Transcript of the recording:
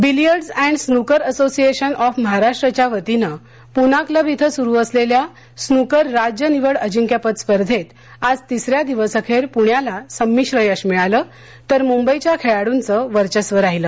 billiards and Snooker Association of महाराष्ट्रच्यावतीनं Poona Club इथं सुरु असलेल्या स्नकर राज्य निवड अजिंक्यपद स्पर्धेत आज तिस या दिवसअखेर पुण्याला संमिश्र यश मिळालं तर मुंबईच्या खेळाड्ंचं वर्चस्व राहीलं